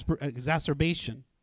exacerbation